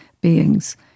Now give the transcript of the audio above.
beings